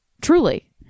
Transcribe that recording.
truly